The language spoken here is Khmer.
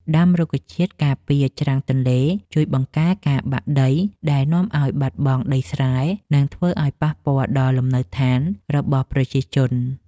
ដាំរុក្ខជាតិការពារច្រាំងទន្លេជួយបង្ការការបាក់ដីដែលនាំឱ្យបាត់បង់ដីស្រែ និង ធ្វើឱ្យប៉ះពាល់ដល់លំនៅឋានរបស់ប្រជាជន។